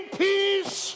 peace